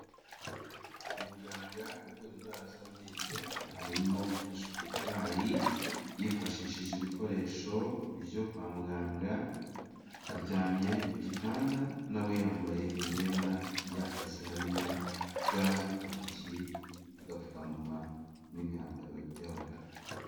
Umuganga uvura indwara z'amenyo arimo gufasha umurwayi yifashishije ibikoresho byo kwa muganga, aryamye ku gitanda na we yambaye imyenda y'akazi, harimo ga zo ku ntoki, agapfukamunwa n'imyambaro y'abaganga.